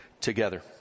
together